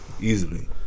Easily